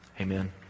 Amen